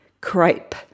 crepe